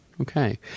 Okay